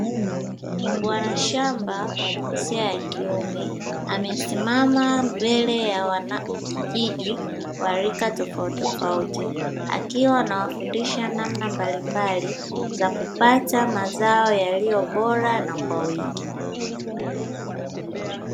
Bwana shamba wa jinsia ya kiume amesimama mbele ya wanakijiji wa rika tofauti tofauti akiwa anawafundisha namna mbalimbali za kupata mazao yalio bora na kwa wingi.